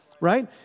right